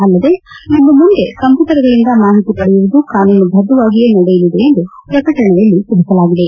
ಅಲ್ಲದೇ ಇನ್ನು ಮುಂದೆ ಕಂಪ್ಯೂಟರ್ಗಳಿಂದ ಮಾಹಿತಿ ಪಡೆಯುವುದು ಕಾನೂನು ಬದ್ಧವಾಗಿಯೇ ನಡೆಯಲಿದೆ ಎಂದು ಪ್ರಕಟಣೆಯಲ್ಲಿ ತಿಳಿಸಲಾಗಿದೆ